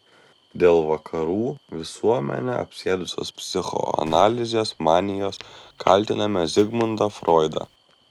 dėl vakarų visuomenę apsėdusios psichoanalizės manijos kaltiname zigmundą froidą